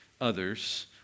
others